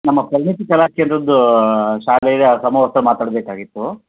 ನಮ್ಮ ಪ್ರಗತಿ ಕಲಾಕೇಂದ್ರದ್ದು ಶಾಲೆಯ ಸಮವಸ್ತ್ರ ಮಾತಾಡಬೇಕಾಗಿತ್ತು